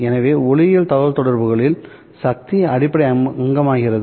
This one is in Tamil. எனவே ஒளியியல் தகவல்தொடர்புகளில் சக்தி அடிப்படை அங்கமாகிறது